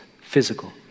physical